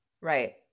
right